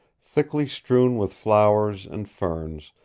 thickly strewn with flowers and ferns,